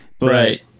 Right